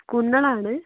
പുണ്ണലാണ്